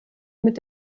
mit